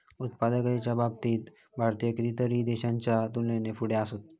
उत्पादकतेच्या बाबतीत भारत कितीतरी देशांच्या तुलनेत पुढे असा